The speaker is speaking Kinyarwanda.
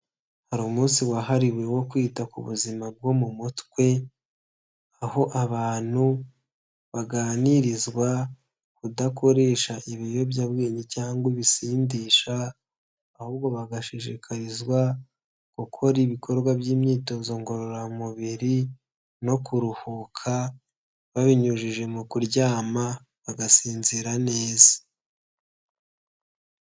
Hari umunsi wahariwe wo kwita ku buzima bwo mu mutwe, aho abantu baganirizwa kudakoresha ibiyobyabwenge cyangwa ibisindisha, ahubwo bagashishikarizwa, gukora ibikorwa by'imyitozo ngororamubiri no kuruhuka, babinyujije mu kuryama bagasinzira neza.